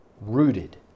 Rooted